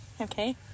Okay